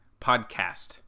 podcast